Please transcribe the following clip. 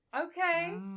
Okay